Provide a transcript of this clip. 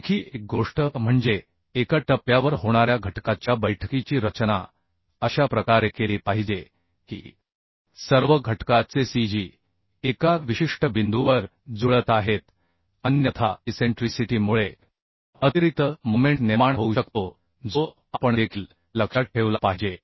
आणखी एक गोष्ट म्हणजे एका टप्प्यावर होणाऱ्या घटका च्या बैठकीची रचना अशा प्रकारे केली पाहिजे की सर्व घटका चे cg एका विशिष्ट बिंदूवर जुळत आहेत अन्यथा इसेंट्रीसिटी मुळे अतिरिक्त मोमेंट निर्माण होऊ शकतो जो आपण देखील लक्षात ठेवला पाहिजे